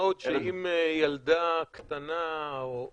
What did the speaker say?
מה עוד שאם ילדה קטנה או